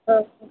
ఆహా